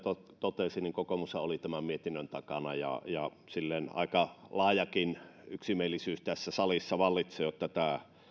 totesi kokoomushan oli tämän mietinnön takana ja aika laajakin yksimielisyys tässä salissa vallitsi jotta tämä